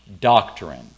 doctrine